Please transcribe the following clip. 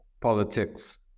politics